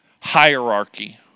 hierarchy